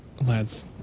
lads